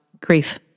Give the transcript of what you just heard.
grief